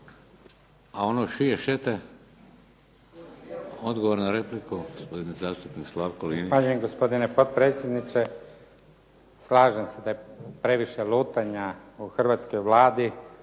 A ono šije šete? Odgovor na repliku gospodin zastupnik Slavko Linić.